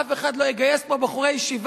אף אחד לא יגייס פה בחורי ישיבה.